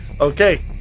Okay